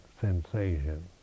sensation